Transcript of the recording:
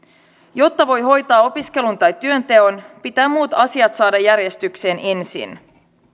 jotta voi hoitaa opiskelun tai työnteon pitää muut asiat saada järjestykseen ensin